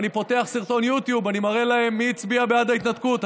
אני פותח סרטון יוטיוב ומראה להם מי הצביע בעד ההתנתקות,